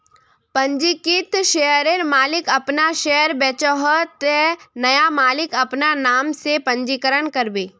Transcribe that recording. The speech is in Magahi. पंजीकृत शेयरर मालिक अपना शेयर बेचोह ते नया मालिक अपना नाम से पंजीकरण करबे